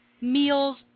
meals